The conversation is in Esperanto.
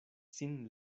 sin